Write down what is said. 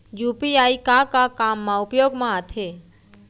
UPI का का काम मा उपयोग मा आथे?